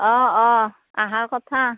অঁ অঁ আহাৰ কথা